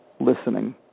listening